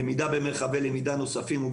למידה במרחבי למידה נוספים,